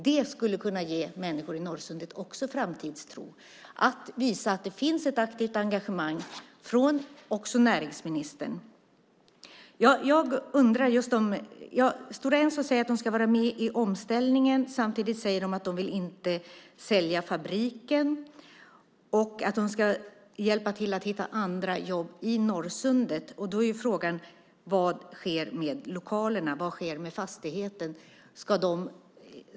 Det skulle kunna ge människor i Norrsundet framtidstro att visa att det finns ett aktivt engagemang också från näringsministern. Stora Enso säger att de ska vara med i omställningen. Samtidigt säger de att de inte vill sälja fabriken och att de ska hjälpa till att hitta andra jobb i Norrsundet. Då är frågan vad som sker med lokalerna. Vad sker med fastigheten?